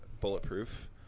bulletproof